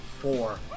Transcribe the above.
four